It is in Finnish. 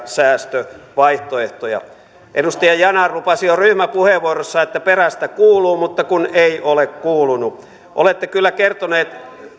säästövaihtoehtoja edustaja yanar lupasi jo ryhmäpuheenvuorossa että perästä kuuluu mutta kun ei ole kuulunut olette kyllä kertoneet